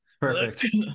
Perfect